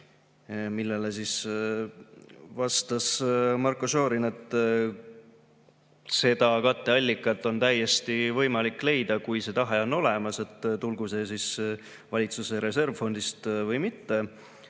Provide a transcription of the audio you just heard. Sellele vastas Marko Šorin, et katteallikas on täiesti võimalik leida, kui tahe on olemas, tulgu see raha valitsuse reservfondist või mitte.